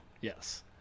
Yes